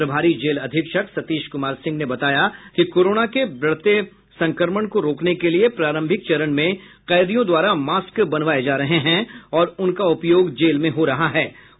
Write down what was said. प्रभारी जेल अधीक्षक सतीश कुमार सिंह ने बताया कि कोरोना के बढ़ते संक्रमण को रोकने के लिये प्रारंभिक चरण में कैदियों द्वारा मास्क बनवाये जा रहे हैं और उनका उपयोग जेल में हो रहा हे